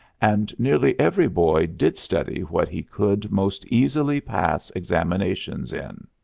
and nearly every boy did study what he could most easily pass examinations in.